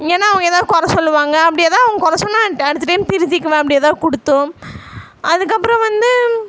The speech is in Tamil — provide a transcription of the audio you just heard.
ஏன்னால் அவங்க எதாது குறை சொல்லுவாங்க அப்படி ஏதாவது குறை சொன்னால் அடுத்த டைம் திருத்திக்குவன் அப்படி எதாது கொடுத்தும் அதுக்கு அப்புறம் வந்து